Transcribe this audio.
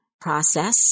process